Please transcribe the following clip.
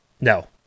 no